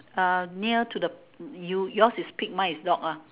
uh near to the you yours is pig mine is dog ah